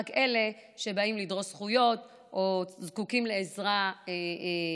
רק אלה שבאים לדרוש זכויות או זקוקים לעזרה אישית.